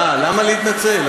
למה להתנצל?